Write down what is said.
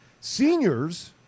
seniors